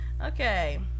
Okay